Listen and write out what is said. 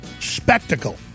spectacle